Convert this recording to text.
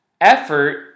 effort